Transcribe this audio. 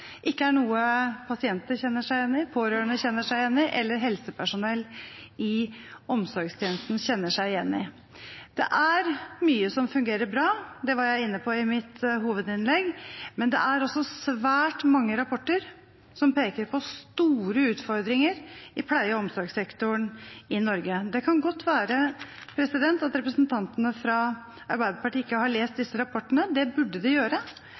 ikke er noe pasientene kjenner seg igjen i, pårørende kjenner seg igjen i, eller helsepersonell i omsorgstjenesten kjenner seg igjen i. Det er mye som fungerer bra – det var jeg inne på i mitt hovedinnlegg – men det er også svært mange rapporter som peker på store utfordringer i pleie- og omsorgssektoren i Norge. Det kan godt være at representantene fra Arbeiderpartiet ikke har lest disse rapportene. Det burde de gjøre. Det